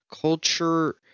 Culture